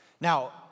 Now